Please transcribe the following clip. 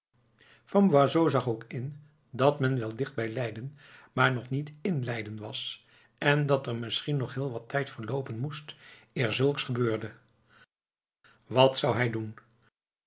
van boisot zag ook in dat men wel dicht bij leiden maar nog niet in leiden was en dat er misschien nog heel wat tijd verloopen moest eer zulks gebeurde wat zou hij doen